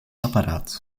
apparaat